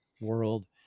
world